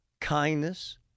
kindness